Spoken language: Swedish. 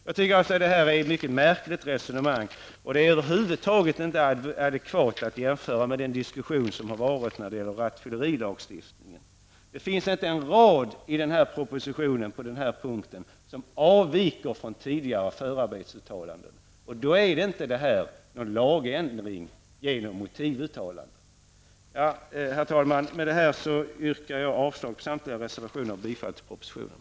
Jag tycker att det är ett mycket märkligt resonemang, och det är över huvud taget inte adekvat att jämföra med den diskussion som har förts beträffande rattfyllerilagstiftningen. Det finns inte en rad i propositionen på den här punkten som avviker från tidigare förarbetsuttalanden. Då är det inte fråga om en lagändring genom motivuttalanden. Herr talman! Med det anförda yrkar jag avslag på samtliga reservationer och bifall till propositionen.